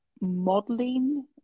modeling